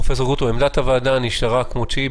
פרופ' גרוטו, עמדת הוועדה נשארה כמות שהיא.